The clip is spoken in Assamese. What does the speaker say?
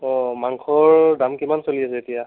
অঁ মাংসৰ দাম কিমান চলি আছে এতিয়া